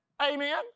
Amen